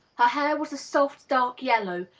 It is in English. her hair was a soft dark yellow,